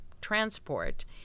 transport